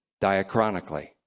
diachronically